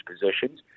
positions